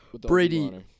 Brady